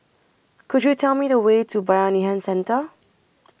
Could YOU Tell Me The Way to Bayanihan Centre